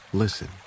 Listen